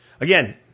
again